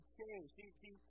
change